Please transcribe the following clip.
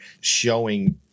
showing